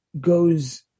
goes